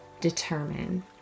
determine